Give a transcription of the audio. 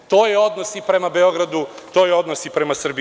To je odnos i prema Beogradu, to je odnos i prema Srbiji.